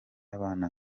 abana